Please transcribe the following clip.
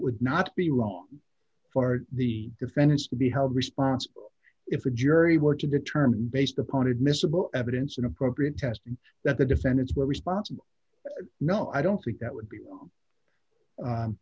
would not be wrong far the defendants to be held responsible if a jury were to determine based upon admissible evidence in appropriate testing that the defendants were responsible no i don't think that would be